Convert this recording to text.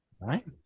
Right